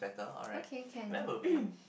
okay can